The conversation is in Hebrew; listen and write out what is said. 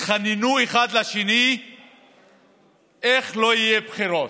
התחננו אחד לשני איך לא יהיו בחירות,